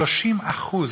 30%?